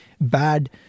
bad